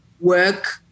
work